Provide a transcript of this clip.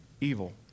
evil